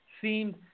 seemed